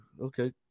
okay